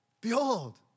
Behold